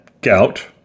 gout